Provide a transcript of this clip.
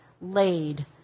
laid